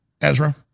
Ezra